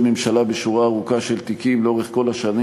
ממשלה בשורה ארוכה של תיקים לאורך כל השנים.